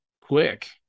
quick